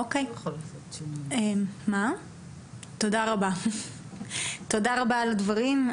תודה רבה על הדברים.